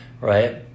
right